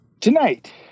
Tonight